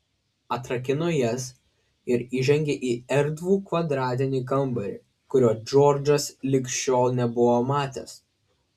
atrakino jas ir įžengė į erdvų kvadratinį kambarį kurio džordžas lig šiol nebuvo matęs